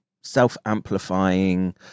self-amplifying